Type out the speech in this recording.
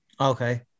Okay